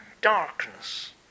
darkness